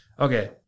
Okay